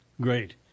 Great